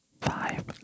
Five